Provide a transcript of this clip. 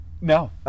No